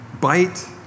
bite